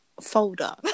folder